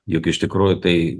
juk iš tikrųjų tai